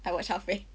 I watched halfway